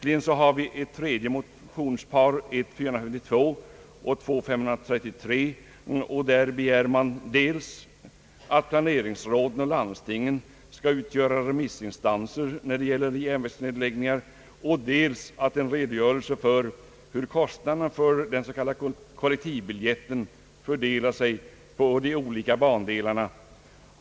I ett tredje motionspar, I: 452 och II: 333, begärs dels att planeringsråden och landstingen skall utgöra remissin stanser när det gäller järnvägsnedläggningar, dels att en redogörelse lämnas för hur kostnaderna för den s.k. kollektivbiljetten fördelar sig på de olika bandelarna.